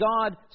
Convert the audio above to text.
God